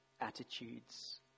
attitudes